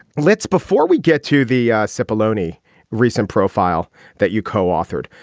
let's before we get to the simple loney recent profile that you co-authored.